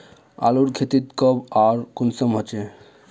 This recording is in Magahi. आलूर खेती कब आर कुंसम होचे?